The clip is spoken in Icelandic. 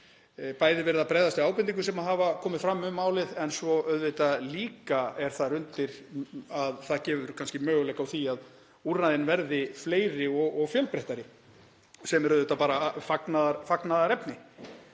bæði verið að bregðast við ábendingum sem hafa komið fram um málið en það er líka þar undir að það gefur kannski möguleika á því að úrræðin verði fleiri og fjölbreyttari, sem er auðvitað bara fagnaðarefni.